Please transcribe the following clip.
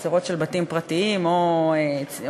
בחצרות של בתים פרטיים או משותפים,